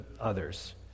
others